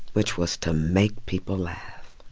which was to make people laugh.